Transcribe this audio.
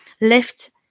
lift